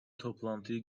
toplantıya